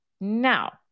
Now